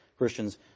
Christians